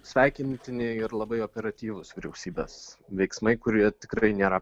sveikintini ir labai operatyvūs vyriausybės veiksmai kurie tikrai nėra